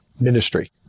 ministry